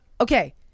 okay